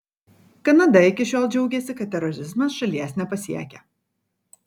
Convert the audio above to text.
kanada iki šiol džiaugėsi kad terorizmas šalies nepasiekia